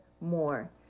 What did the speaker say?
more